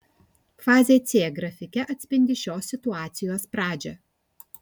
fazė c grafike atspindi šios situacijos pradžią